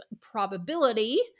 probability